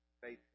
faithful